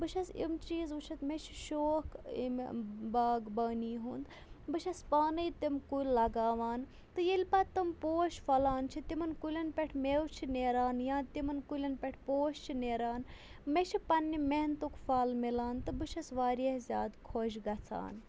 بہٕ چھَس یِم چیٖز وُچھِتھ مےٚ چھِ شوق اَمہِ باغ بٲنی ہُنٛد بہٕ چھَس پانَے تِم کُلۍ لَگاوان تہٕ ییٚلہِ پَتہٕ تِم پوش پھۄلان چھِ تِمَن کُلٮ۪ن پٮ۪ٹھ مٮ۪و۪ چھِ نیران یا تِمَن کُلٮ۪ن پٮ۪ٹھ پوش چھِ نیران مےٚ چھِ پَنٕنہِ محنتُک پھل میلان تہٕ بہٕ چھَس واریاہ زیادٕ خۄش گژھان